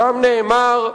שם נאמר,